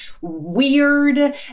weird